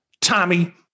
Tommy